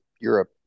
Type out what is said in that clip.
Europe